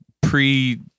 pre